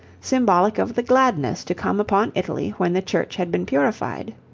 symbolic of the gladness to come upon italy when the church had been purified